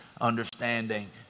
understanding